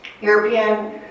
European